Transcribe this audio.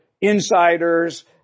insiders